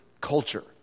culture